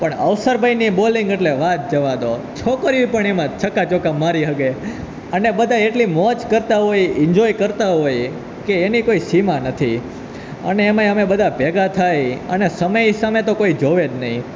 પણ અવસર ભાઈની બોલિંગ એટલે વાત જવા દો છોકરિયું પણ એમાં છક્કા ચોક્કા મારી શકે અને બધાંય એટલી મોજ કરતાં હોય ઇનજોય કરતાં હોય કે એની કોઈ સીમા નથી અને એમાંય અમે બધાં ભેગાં થઈ અને સમય સામે તો કોઈ જુએ જ નહીં